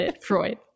Freud